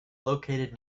located